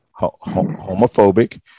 homophobic